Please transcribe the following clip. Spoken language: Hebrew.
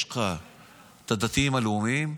יש לך את הדתיים הלאומים,